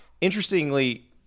interestingly –